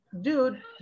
Dude